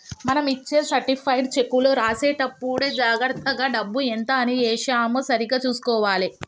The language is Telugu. మనం ఇచ్చే సర్టిఫైడ్ చెక్కులో రాసేటప్పుడే జాగర్తగా డబ్బు ఎంత అని ఏశామో సరిగ్గా చుసుకోవాలే